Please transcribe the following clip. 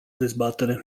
dezbatere